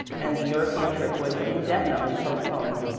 and the european trip was indefinitely postponed,